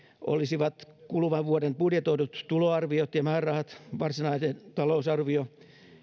olisivat kuluvan vuoden budjetoidut tuloarviot ja määrärahat varsinainen talousarvio